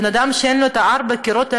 בן-אדם שאין לו ארבעת הקירות האלה,